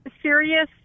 serious